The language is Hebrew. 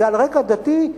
זה על רקע דתי,